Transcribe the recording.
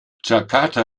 jakarta